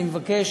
אני מבקש